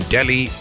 Delhi